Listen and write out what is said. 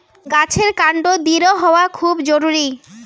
গাছের কান্ড দৃঢ় হওয়া খুব জরুরি